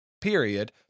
period